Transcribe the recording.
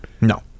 No